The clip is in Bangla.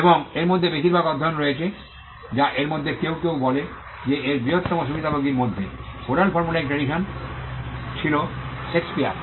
এবং এর মধ্যে বেশিরভাগ অধ্যয়ন রয়েছে যা এর মধ্যে কেউ কেউ বলে যে এর বৃহত্তম সুবিধাভোগকারীদের মধ্যে 1 ওরাল ফর্মুলাইক ট্রেডিশন ছিল শেক্সপিয়ার